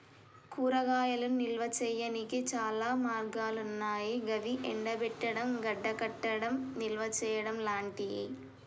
కూరగాయలను నిల్వ చేయనీకి చాలా మార్గాలన్నాయి గవి ఎండబెట్టడం, గడ్డకట్టడం, నిల్వచేయడం లాంటియి